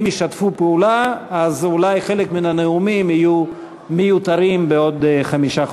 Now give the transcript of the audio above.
אם ישתפו פעולה אז אולי חלק מן הנאומים יהיו מיותרים בעוד חמישה חודשים.